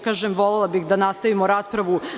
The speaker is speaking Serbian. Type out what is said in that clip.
Kažem, volela bih da nastavimo raspravu.